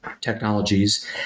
technologies